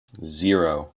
zero